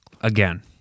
Again